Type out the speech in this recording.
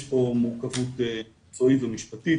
יש פה מורכבות מקצועית ומשפטית,